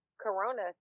corona